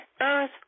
earth